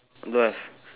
don't have